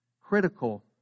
critical